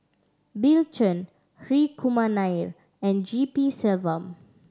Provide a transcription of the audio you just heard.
Bill Chen Hri Kumar Nair and G P Selvam